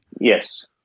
Yes